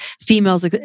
females